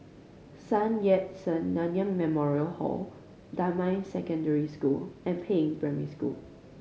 Sun Yat Sen Nanyang Memorial Hall Damai Secondary School and Peiying Primary School